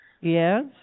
Yes